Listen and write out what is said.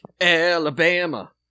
Alabama